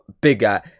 bigger